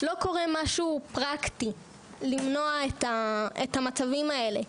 לא קורה משהו פרקטי למנוע את המצבים האלה,